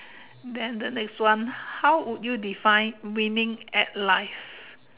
then the next one how would you define winning at life